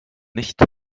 nicht